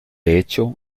hecho